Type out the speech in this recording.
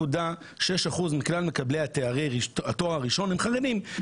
5.6% מכלל מקבלי תואר ראשון הם חרדים.